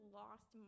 lost